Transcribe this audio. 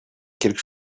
quelque